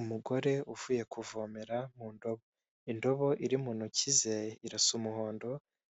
Umugore uvuye kuvomera mu ndobo, indobo iri mu ntoki ze irasa umuhondo